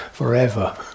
Forever